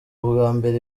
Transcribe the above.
ubwambere